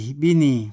bini